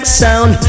sound